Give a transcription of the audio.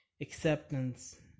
acceptance